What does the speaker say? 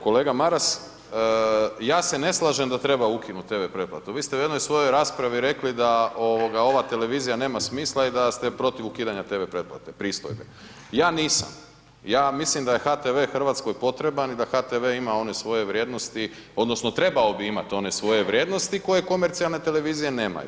Kolega Maras, ja se ne slažem da treba ukinut TV pretplatu, vi ste u jednoj svojoj raspravi rekli da ovoga ova televizija nema smisla i da ste protiv ukidanja TV pretplate, pristojbe, ja nisam, ja mislim da je HTV hrvatskoj potreban i da HTV ima one svoje vrijednosti odnosno trebao bi imat one svoje vrijednosti koje komercionalne televizije nemaju.